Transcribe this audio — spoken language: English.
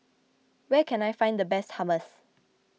where can I find the best Hummus